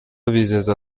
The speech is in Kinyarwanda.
bizeza